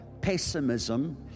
pessimism